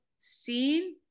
Seen